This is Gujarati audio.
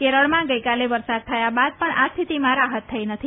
કેરળમાં ગઈકાલે વરસાદ થયા બાદ પણ આ સ્થિતિમાં રાહત થઈ નથી